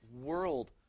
world